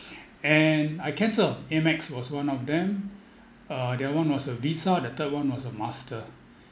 and I cancel AMEX was one of them uh the other one was a visa the third one was a master